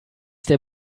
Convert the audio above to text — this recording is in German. der